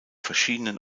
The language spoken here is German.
verschiedenen